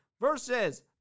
versus